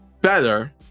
better